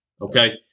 Okay